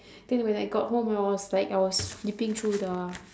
then when I got home I was like I was flipping through the